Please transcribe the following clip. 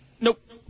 Nope